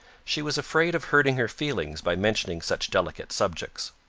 she was afraid of hurting her feelings by mentioning such delicate subjects.